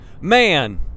man